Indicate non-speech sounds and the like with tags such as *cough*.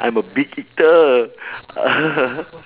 I'm a big eater *laughs*